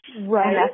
Right